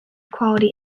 quality